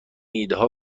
ایدهها